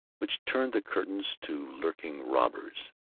which turned the curtains to lurking robbers,